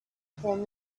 porn